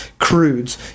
crudes